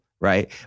right